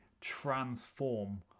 transform